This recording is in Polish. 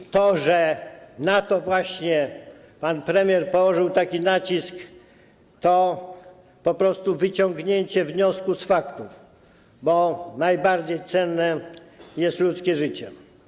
I to, że na to właśnie pan premier położył taki nacisk, to po prostu wyciągnięcie wniosku z faktów, bo najbardziej cenne jest ludzkie życie.